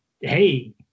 hey